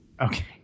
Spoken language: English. Okay